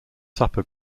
supper